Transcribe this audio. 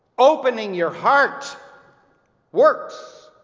opening your heart works.